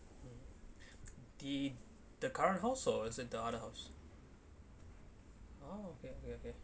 mm the the current house or is it the other house oh okay okay okay